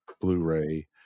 Blu-ray